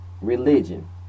religion